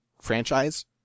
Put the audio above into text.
franchise